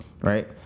Right